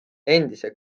endise